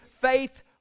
faith